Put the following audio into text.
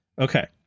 Okay